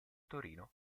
torino